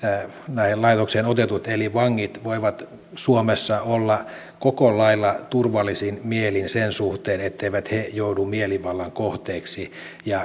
näihin laitoksiin otetut eli vangit voivat suomessa olla koko lailla turvallisin mielin sen suhteen etteivät he joudu mielivallan kohteeksi